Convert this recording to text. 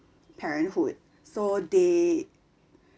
parenthood so they